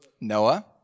Noah